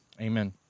Amen